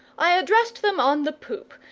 i addressed them on the poop,